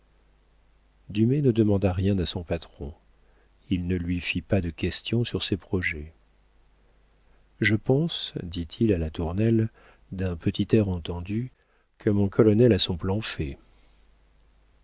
ne demanda rien à son patron il ne lui fit pas de questions sur ses projets je pense dit-il à latournelle d'un petit air entendu que mon colonel a son plan fait